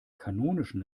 kanonischen